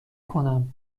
کنم